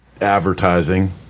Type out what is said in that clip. advertising